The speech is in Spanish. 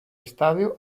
estadio